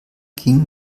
ging